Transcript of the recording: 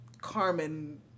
Carmen